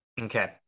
Okay